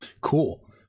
Cool